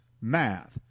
math